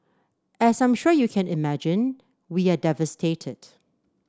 as I'm sure you can imagine we are devastated